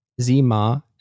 Zima